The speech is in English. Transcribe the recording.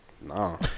No